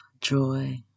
joy